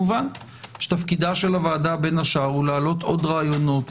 שתפקיד הוועדה בין השאר להעלות עוד רעיונות,